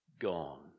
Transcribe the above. gone